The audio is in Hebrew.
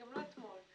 אתמול.